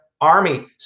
Army